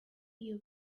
you